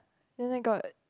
then I got